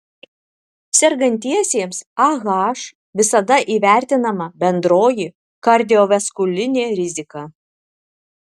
sergantiesiems ah visada įvertinama bendroji kardiovaskulinė rizika